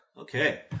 Okay